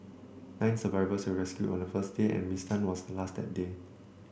nine survivors were rescued on the first day and Miss Tan was the last that day